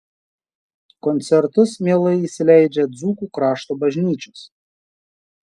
koncertus mielai įsileidžia dzūkų krašto bažnyčios